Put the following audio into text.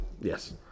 yes